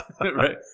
Right